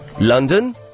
London